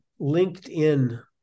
LinkedIn